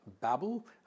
Babel